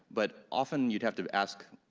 but often you'd have to ask,